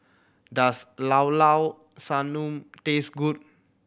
does Llao Llao Sanum taste good